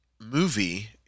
movie